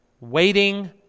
waiting